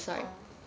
oh